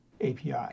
API